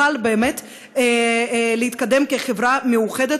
אנחנו לא נוכל באמת להתקדם כחברה מאוחדת